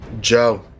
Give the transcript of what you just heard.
Joe